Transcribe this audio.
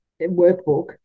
workbook